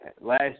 last